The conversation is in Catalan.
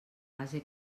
base